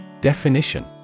Definition